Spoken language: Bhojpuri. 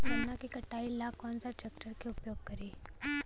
गन्ना के कटाई ला कौन सा ट्रैकटर के उपयोग करी?